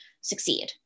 succeed